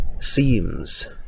seems